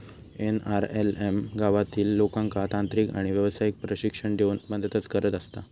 NRLM गावातील लोकांका तांत्रिक आणि व्यावसायिक प्रशिक्षण देऊन मदतच करत असता